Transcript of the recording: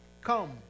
Come